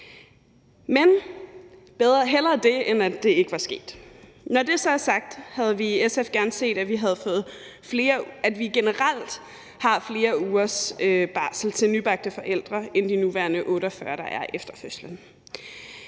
Men hellere det, end at det ikke var sket. Når det så er sagt, havde vi i SF gerne set, at vi generelt har flere ugers barsel til nybagte forældre end de nuværende 48, der er efter fødslen.